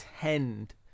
tend